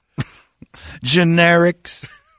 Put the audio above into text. Generics